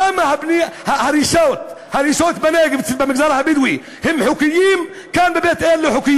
למה הריסות בנגב במגזר הבדואי הן חוקיות וכאן בבית-אל לא?